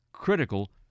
critical